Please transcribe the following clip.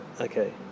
Okay